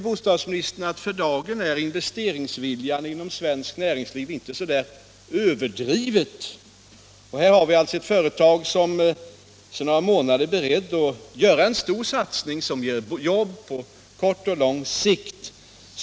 Bostadsministern vet ju att investeringsviljan inom svenskt näringsliv för dagen inte är överdrivet stor. Och här har vi alltså ett företag som sedan några månader är berett att göra en stor satsning, som ger jobb på kort och lång sikt.